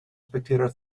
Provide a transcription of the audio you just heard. spectator